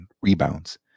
rebounds